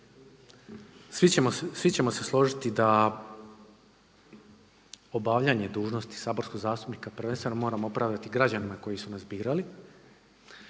Svi ćemo se složiti da obavljanje dužnosti saborskog zastupnika prvenstveno moramo opravdati građanima koji su nas birali,